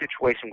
situation